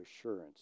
assurance